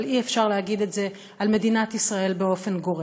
אבל אי-אפשר להגיד את זה על מדינת ישראל באופן גורף.